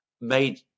made